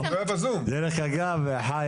אחראי.